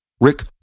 Rick